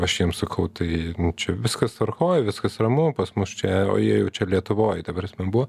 aš jiem sakau tai čia viskas tvarkoj viskas ramu pas mus čia o jie jau čia lietuvoj ta prasme buvo